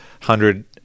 hundred